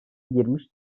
girmiş